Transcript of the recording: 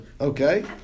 Okay